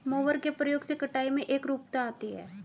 mower के प्रयोग से कटाई में एकरूपता आती है